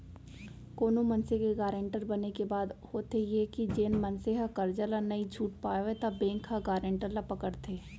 कोनो मनसे के गारंटर बने के बाद होथे ये के जेन मनसे ह करजा ल नइ छूट पावय त बेंक ह गारंटर ल पकड़थे